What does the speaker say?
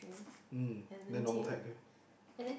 um then normal tech ah